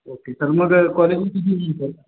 okay sir मग college किती होईल सर